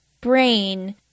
Brain